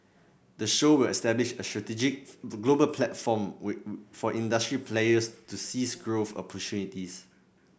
the show will establish a strategic to global platform with for industry players to seize growth opportunities